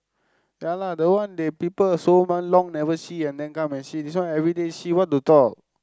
ya lah the one they people so w~ long never see and then come and see this one everyday see what to talk